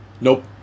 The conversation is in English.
nope